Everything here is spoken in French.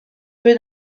peu